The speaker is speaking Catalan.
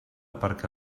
perquè